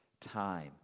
time